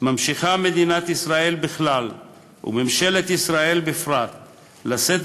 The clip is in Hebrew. ממשיכה מדינת ישראל בכלל וממשלת ישראל בפרט לשאת